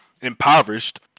impoverished